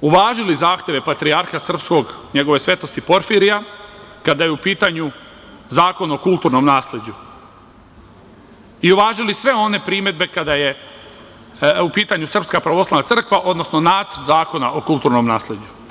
uvažili zahteve patrijarha srpskog, njegove svetosti Porfirija, kada je u pitanju Zakon o kulturnom nasleđu i uvažili sve one primedbe kada je u pitanju SPC, odnosno nacrt zakona o kulturnom nasleđu.